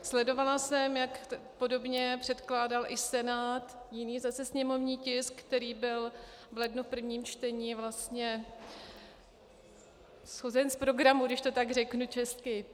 Sledovala jsem, jak podobně předkládal i Senát jiný zase sněmovní tisk, který byl v lednu v prvním čtení vlastně shozen z programu, když to tak řeknu česky.